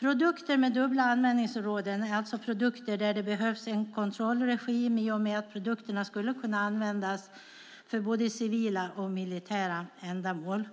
Produkter med dubbla användningsområden är produkter där det behövs en kontrollregim, i och med att produkterna skulle kunna användas för både civila och militära ändamål.